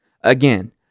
Again